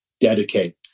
dedicate